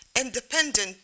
independent